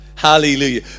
hallelujah